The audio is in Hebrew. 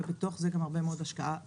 ובתוך זה גם הרבה מאוד השקעה בבטיחות.